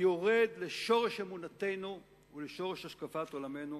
היורד לשורש אמונתנו ולשורש השקפת עולמנו,